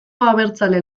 abertzale